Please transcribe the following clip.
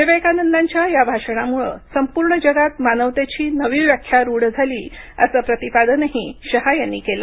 विवेकानंदांच्या या भाषणामुळं संपूर्ण जगात मानवतेची नवी व्याख्या रूढ झाली असं प्रतिपादनही शहा यांनी केलं